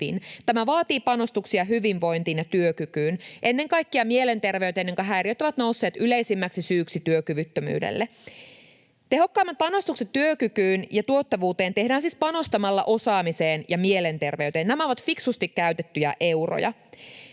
Tämä vaatii panostuksia hyvinvointiin ja työkykyyn, ennen kaikkea mielenterveyteen, jonka häiriöt ovat nousseet yleisimmäksi syyksi työkyvyttömyydelle. Tehokkaimmat panostukset työkykyyn ja tuottavuuteen tehdään siis panostamalla osaamiseen ja mielenterveyteen. Nämä ovat fiksusti käytettyjä euroja,